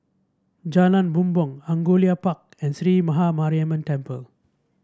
Jalan Bumbong Angullia Park and Sree Maha Mariamman Temple